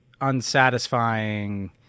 unsatisfying